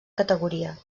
categoria